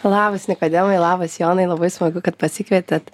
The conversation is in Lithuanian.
labas nikodemai labas jonai labai smagu kad pasikvietėt